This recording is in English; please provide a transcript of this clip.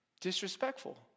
disrespectful